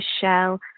shell